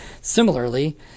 similarly